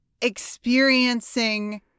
experiencing